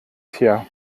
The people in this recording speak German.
tja